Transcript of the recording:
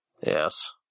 Yes